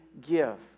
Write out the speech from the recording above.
give